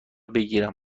بگیرم